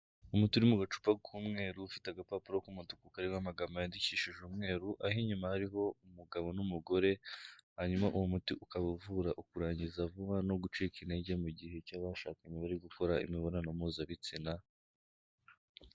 Umuti uri mu gacupa k'umweru ufite agapapuro k'umutuku kariho amagambo yandikishije umweru aho inyuma hariho umugabo n'umugore hanyuma uwo muti ukaba uvura ukurangiza vuba no gucika intege mu gihe cy'abashakanye bari gukora imibonano mpuzabitsina.